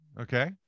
okay